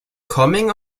coming